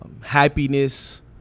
happiness